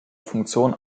funktion